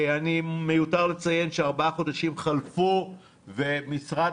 מיותר לציין שארבעה חודשים חלפו ומשרד